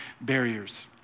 barriers